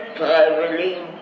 traveling